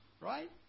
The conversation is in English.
Right